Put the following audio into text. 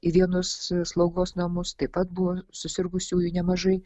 į vienus slaugos namus taip pat buvo susirgusiųjų nemažai